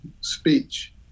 speech